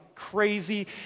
crazy